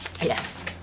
Yes